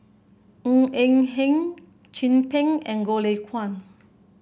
Ng Eng Hen Chin Peng and Goh Lay Kuan